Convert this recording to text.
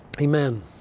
Amen